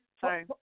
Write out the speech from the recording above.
Sorry